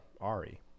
Ari